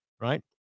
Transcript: right